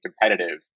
competitive